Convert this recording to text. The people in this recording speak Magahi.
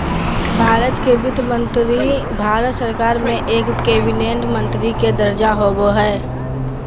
भारत के वित्त मंत्री भारत सरकार में एक कैबिनेट मंत्री के दर्जा होबो हइ